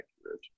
accurate